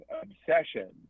obsession